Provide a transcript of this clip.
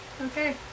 Okay